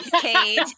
Kate